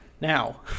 now